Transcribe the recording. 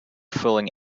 fooling